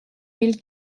mille